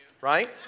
right